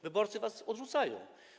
Wyborcy was odrzucają.